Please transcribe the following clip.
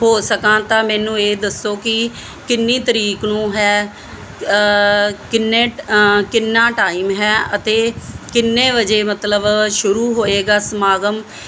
ਹੋ ਸਕਾਂ ਤਾਂ ਮੈਨੂੰ ਇਹ ਦੱਸੋ ਕਿ ਕਿੰਨੀ ਤਰੀਕ ਨੂੰ ਹੈ ਕਿੰਨੇ ਕਿੰਨਾ ਟਾਈਮ ਹੈ ਅਤੇ ਕਿੰਨੇ ਵਜੇ ਮਤਲਬ ਸ਼ੁਰੂ ਹੋਏਗਾ ਸਮਾਗਮ